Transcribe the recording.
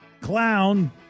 clown